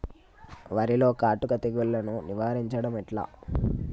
వరిలో కాటుక తెగుళ్లను నివారించడం ఎట్లా?